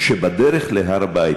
שבדרך להר-הבית,